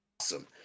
awesome